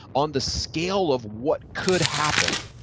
on the scale of what could happen.